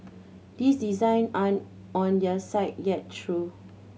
these design aren't on their site yet though